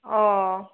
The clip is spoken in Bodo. अ